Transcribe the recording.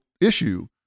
issue